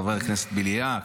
חבר הכנסת בליאק,